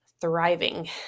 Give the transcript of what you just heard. thriving